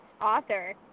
author